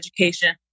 Education